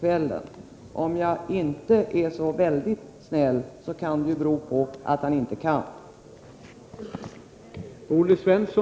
Men om jag inte skall vara särskilt snäll, kan jag se det som att han inte kan svara.